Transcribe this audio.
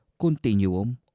continuum